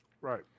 right